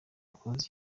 close